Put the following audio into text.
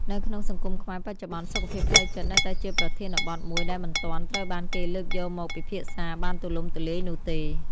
នៅក្នុងសង្គមខ្មែរបច្ចុប្បន្ន សុខភាពផ្លូវចិត្តនៅតែជាប្រធានបទមួយដែលមិនទាន់ត្រូវបានគេលើកយកមកពិភាក្សាបានទូលំទូលាយនោះទេ។